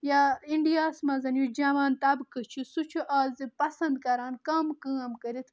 یا اِنٛڈیا ہَس منٛز یُس جَوان طبقہٕ چھُ سُہ چھُ آز پَسَنٛد کَران کَم کٲم کٔرِتھ